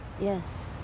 Yes